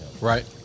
right